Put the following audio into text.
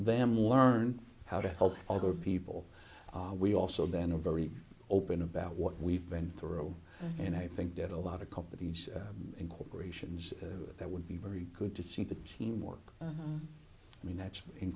them learn how to help other people we also then a very open about what we've been through and i think that a lot of companies and corporations that would be very good to see the team work i mean that's in